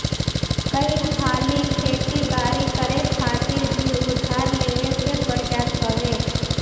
कई हाली खेती बारी करे खातिर भी उधार लेवे के पड़ जात हवे